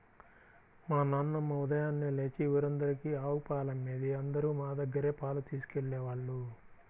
మా నాన్నమ్మ ఉదయాన్నే లేచి ఊరందరికీ ఆవు పాలమ్మేది, అందరూ మా దగ్గరే పాలు తీసుకెళ్ళేవాళ్ళు